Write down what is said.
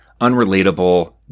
unrelatable